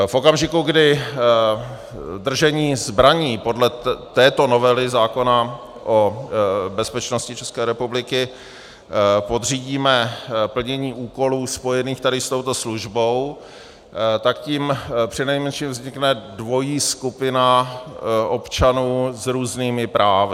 V okamžiku, kdy držení zbraní podle této novely zákona o bezpečnosti České republiky podřídíme plnění úkolů spojených s touto službou, tak tím přinejmenším vznikne dvojí skupina občanů s různými právy.